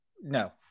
No